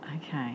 Okay